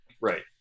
right